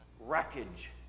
wreckage